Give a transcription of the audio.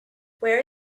where